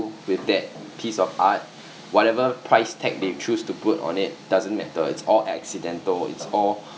with that piece of art whatever price tag they choose to put on it doesn't matter it's all accidental it's all